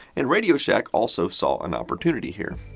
and radio shack also saw an opportunity here.